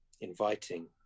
inviting